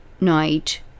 night